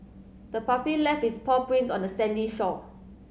the puppy left its paw prints on the sandy shore